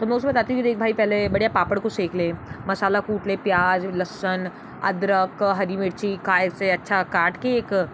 तो मैं उसे बताती हूँ की देख भाई पहले बढ़िया पापड़ों को सेंक ले मसाला कूट ले प्याज लहसुन अदरक हरी मिर्ची नाइफ से अच्छा काट कर एक